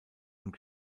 und